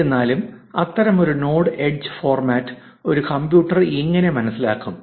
എന്നിരുന്നാലും അത്തരമൊരു node edge format ഒരു കമ്പ്യൂട്ടർ എങ്ങനെ മനസ്സിലാക്കും